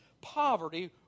poverty